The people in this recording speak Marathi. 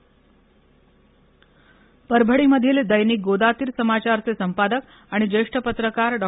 निधन परभणी परभणीमधील दैनिक गोदातीर समाघारचे संपादक आणि ज्येष्ठ पत्रकार डॉ